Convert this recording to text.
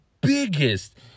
biggest